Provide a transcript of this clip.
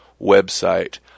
website